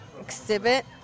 exhibit